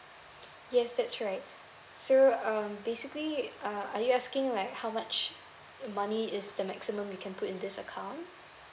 yes that's right so um basically uh are you asking like how much money is the maximum we can put in this account